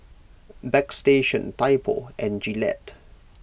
Bagstationz Typo and Gillette